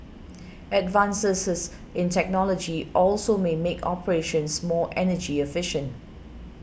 advances in technology also may make operations more energy efficient